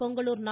பொங்கலூர் நா